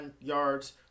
yards